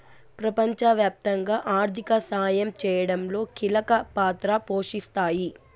ప్రపంచవ్యాప్తంగా ఆర్థిక సాయం చేయడంలో కీలక పాత్ర పోషిస్తాయి